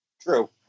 True